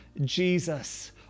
Jesus